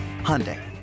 Hyundai